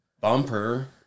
Bumper